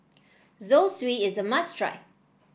Zosui is a must try